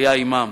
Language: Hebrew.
היה עמם.